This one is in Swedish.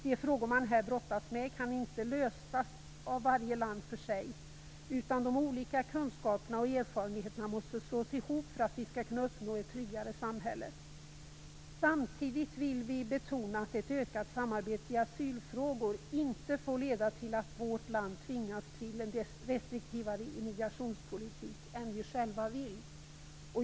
De frågor man här brottas med kan inte lösas av varje land för sig, utan de olika kunskaperna och erfarenheterna måste slås ihop för att vi skall kunna uppnå ett tryggare samhälle. Samtidigt vill vi betona att ett ökat samarbete i asylfrågor inte får leda till att vårt land tvingas till en restriktivare immigrationspolitik än vi själva vill.